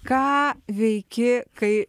ką veiki kai